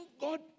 God